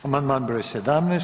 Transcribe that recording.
Amandman br. 17.